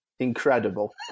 Incredible